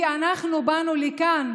כי אנחנו באנו לכאן